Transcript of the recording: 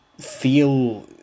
feel